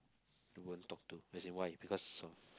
you won't talk to as in why because of